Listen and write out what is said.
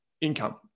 income